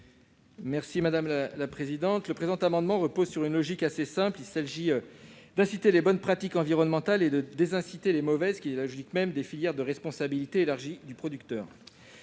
M. Guillaume Gontard. Cet amendement repose sur une logique assez simple : il s'agit d'inciter aux bonnes pratiques environnementales et de décourager les mauvaises, ce qui est la logique même des filières de responsabilité élargie du producteur,